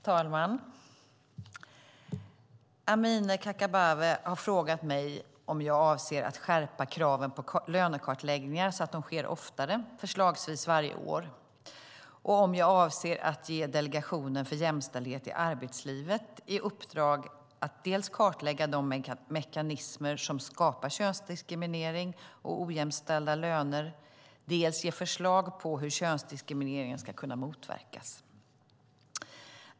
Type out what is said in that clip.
Herr talman! Amineh Kakabaveh har frågat mig om jag avser att skärpa kraven på lönekartläggningar så att de sker oftare, förslagsvis varje år och om jag avser att ge Delegationen för jämställdhet i arbetslivet i uppdrag att dels klarlägga de mekanismer som skapar könsdiskriminering och ojämställda löner, dels ge förslag på hur könsdiskriminering ska kunna motverkas.